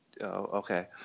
Okay